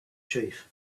chief